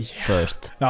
first